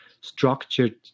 structured